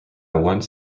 went